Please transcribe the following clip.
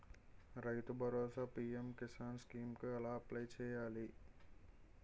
రైతు Bharosa PM Kisan scheme కు ఎలా అప్లయ్ చేయాలి?